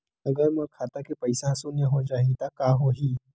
अगर मोर खाता के पईसा ह शून्य हो जाही त का होही?